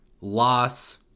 loss